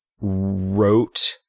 wrote